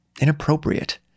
inappropriate